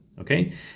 okay